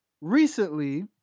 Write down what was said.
recently